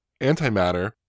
antimatter